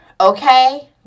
Okay